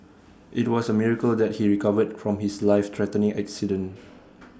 IT was A miracle that he recovered from his life threatening accident